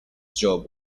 job